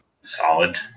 Solid